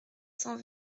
cent